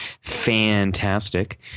fantastic